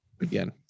Again